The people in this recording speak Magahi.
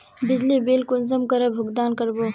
बिजली बिल कुंसम करे भुगतान कर बो?